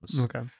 Okay